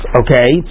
okay